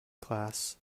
class